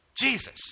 Jesus